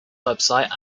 website